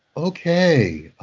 okay.